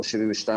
או 72 שעות,